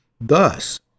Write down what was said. Thus